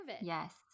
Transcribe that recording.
Yes